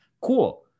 Cool